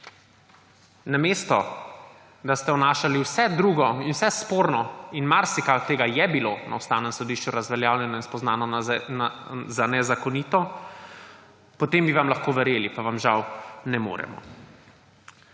namesto da ste vnašali vse drugo in vse sporno − in marsikaj od tega je bilo na Ustavnem sodišču razveljavljeno in spoznano za nezakonito − potem bi vam lahko verjeli, pa vam, žal, ne moremo.